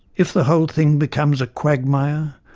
if the whole thing becomes a quagmire,